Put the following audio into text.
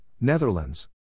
Netherlands